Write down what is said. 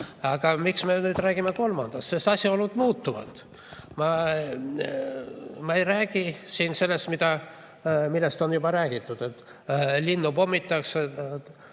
miks me räägime kolmandast? Sest asjaolud on muutunud. Ma ei räägi siin sellest, millest on juba räägitud, et linnu pommitatakse,